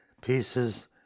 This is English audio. pieces